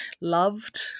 loved